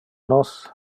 nos